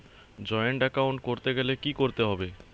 Joint account করতে গেলে কি করতে হবে?